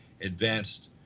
advanced